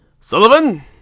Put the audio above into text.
Sullivan